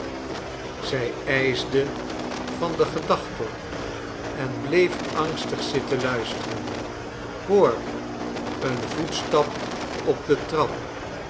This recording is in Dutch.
zij ijsde van de gedachte en bleef angstig zitten luisteren hoor een voetstap op de trap